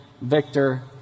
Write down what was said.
victor